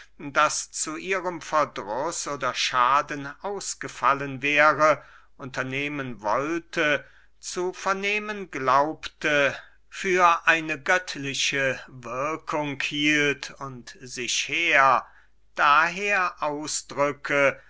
das zu ihrem verdruß oder schaden ausgefallen wäre unternehmen wollte zu vernehmen glaubte für eine göttliche wirkung hielt und sich daher der ausdrücke